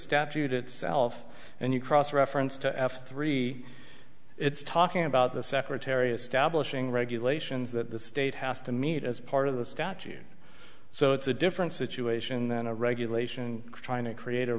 statute itself and you cross reference to f three it's talking about the secretary of stablish ing regulations that the state has to meet as part of the statute so it's a different situation than a regulation trying to create a